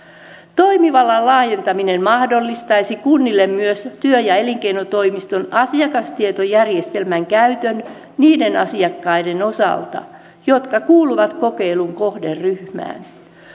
toimivallan laajentaminen mahdollistaisi kunnille myös työ ja elinkeinotoimiston asiakastietojärjestelmän käytön niiden asiakkaiden osalta jotka kuuluvat kokeilun kohderyhmään